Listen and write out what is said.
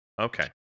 Okay